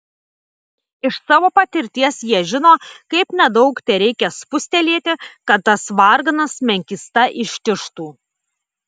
iš savo patirties jie žino kaip nedaug tereikia spustelėti kad tas varganas menkysta ištižtų